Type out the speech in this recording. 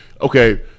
Okay